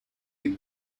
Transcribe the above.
die